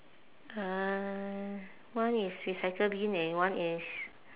uh one is recycle bin and one is